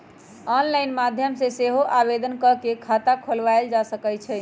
online माध्यम से सेहो आवेदन कऽ के खता खोलायल जा सकइ छइ